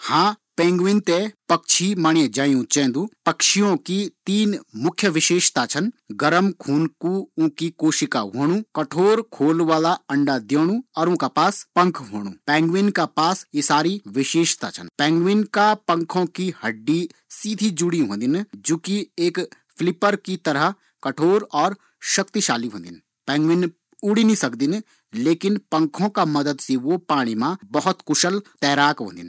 हाँ पेगविन ते पक्षी माणे जायूँ चेंदु, पक्षियों की तीन प्रमुख विशेषता छन गर्म. खून होणु, उंकी कोशिका होणु, कठोर खोळ वाला अंडा देणु और उंका पास पँख होणु पेगविन का पास यी सारी विशेषता छन। ये वज़ह सी वैते पक्षी माणे जायूँ चेंदु।